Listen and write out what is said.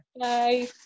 Bye